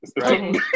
right